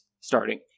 starting